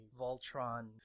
Voltron